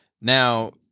now